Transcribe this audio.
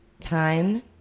time